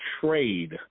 trade